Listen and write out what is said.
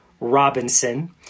Robinson